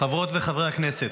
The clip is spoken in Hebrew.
חברות וחברי הכנסת,